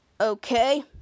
okay